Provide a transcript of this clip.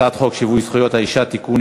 הצבעה על הצעת חוק שיווי זכויות האישה (תיקון,